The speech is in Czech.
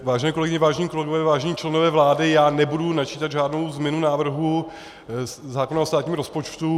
Vážené kolegyně, vážení kolegové, vážení členové vlády, já nebudu načítat žádnou změnu návrhu zákona o státním rozpočtu.